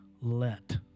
Let